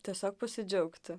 tiesiog pasidžiaugti